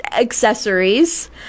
accessories